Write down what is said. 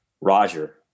Roger